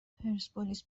پرسپولیس